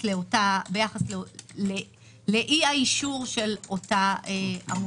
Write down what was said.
ביחס לאי-האישור של אותה עמותה.